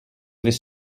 was